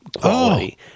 quality